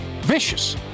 vicious